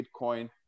Bitcoin